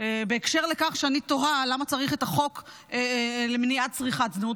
בקשר לכך שאני תוהה למה צריך את החוק למניעת צריכת זנות.